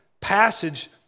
passage